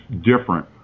different